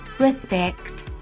respect